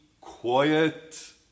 quiet